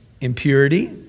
impurity